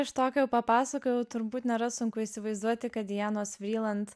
iš tokio papasakojau turbūt nėra sunku įsivaizduoti kad dianos vriland